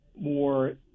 more